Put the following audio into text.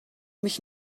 mich